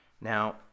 Now